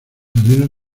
arenas